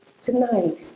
Tonight